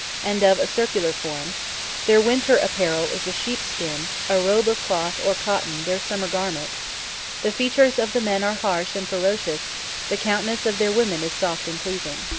and of a circular form their winter apparel is a sheep-skin a robe of cloth or cotton their summer garment the features of the men are harsh and ferocious the countenance of their women is soft and pleasing.